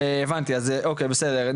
אוקיי, אז הבנתי בסדר.